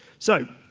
so,